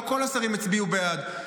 לא כל השרים הצביעו בעד,